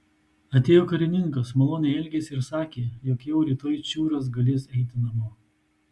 atėjo karininkas maloniai elgėsi ir sakė jog jau rytoj čiūras galės eiti namo